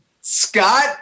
Scott